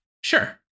Sure